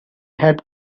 had